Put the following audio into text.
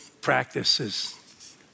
practices